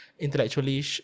Intellectually